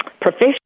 profession